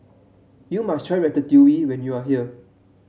you must try Ratatouille when you are here